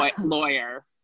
lawyer